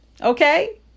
Okay